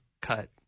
cut